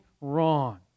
wrong